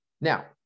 Now